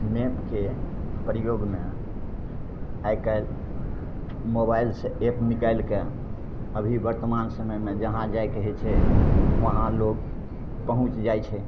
मैपके प्रयोगमे आइकाल्हि मोबाइलसे एप निकालिके अभी वर्तमान समयमे जहाँ जाइके होइ छै वहाँ लोक पहुँच जाइ छै